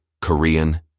Korean